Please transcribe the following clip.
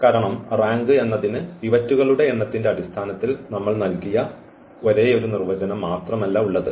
കാരണം റാങ്ക് എന്നതിന് പിവറ്റുകളുടെ എണ്ണത്തിന്റെ അടിസ്ഥാനത്തിൽ നമ്മൾ നൽകിയ ഒരേയൊരു നിർവചനം മാത്രമല്ല ഉള്ളത്